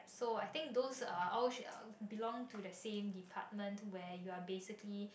so I think those uh all share belong to the same department where you're basically